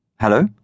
Hello